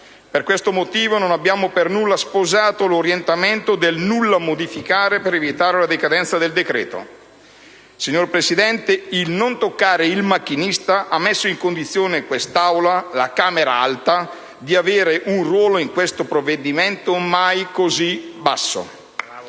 Per questo motivo non abbiamo affatto sposato l'orientamento del «nulla modificare» volto ad evitare la decadenza del decreto. Signor Presidente, il «non toccare il macchinista» ha messo in condizione quest'Aula, la Camera alta, di avere in questo provvedimento un ruolo mai così basso